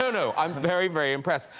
no, no, i'm very, very impressed.